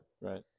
Right